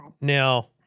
Now